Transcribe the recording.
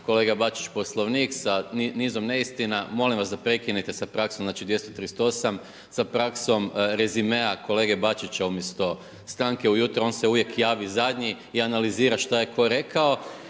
kolega Bačić poslovnik sa nizom neistina, molim vas da prekinite sa praksom, znači 238. sa praksom rezimea kolege Bačića, umjesto stanke ujutro, on se uvijek javi zadnji i analizira šta je tko rekao